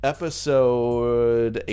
Episode